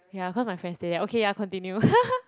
ya cause my friend stay there okay ya continue